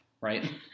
right